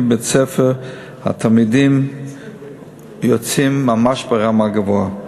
בבית-הספר התלמידים יוצאים ממש ברמה גבוהה.